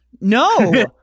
No